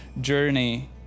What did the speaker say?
journey